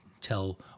tell